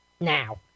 now